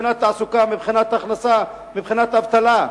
מבחינת תעסוקה, מבחינת הכנסה, מבחינת אבטלה.